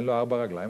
אין לו ארבע רגליים,